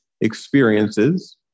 experiences